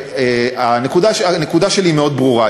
הנקודה שלי היא מאוד ברורה,